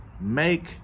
make